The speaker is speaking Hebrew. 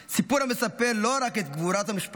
סיפור המספר לא רק את גבורת המשפחה,